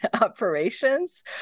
operations